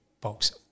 box